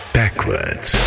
backwards